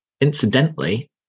Incidentally